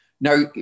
Now